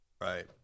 Right